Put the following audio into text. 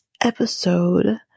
episode